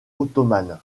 ottomane